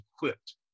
equipped